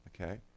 okay